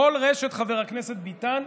כל רשת, חבר הכנסת ביטן,